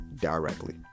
directly